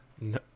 No